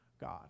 God